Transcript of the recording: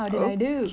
how do I do